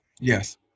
Yes